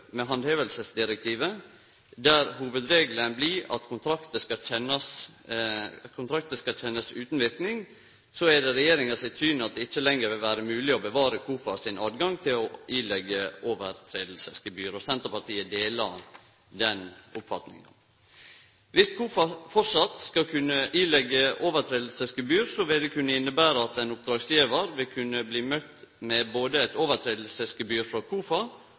med handhevingsdirektivet, der hovudregelen blir at kontraktar skal kjennast utan verknad, er det regjeringa sitt syn at det ikkje lenger vil vere mogleg å bevare KOFAs høve til å påleggje misleghaldsgebyr. Senterpartiet deler den oppfatninga. Dersom KOFA framleis skal kunne påleggje misleghaldsgebyr, vil det kunne innebere at ein oppdragsgjevar vil kunne bli møtt med både eit misleghaldsgebyr frå KOFA,